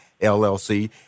LLC